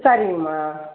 சரிங்கம்மா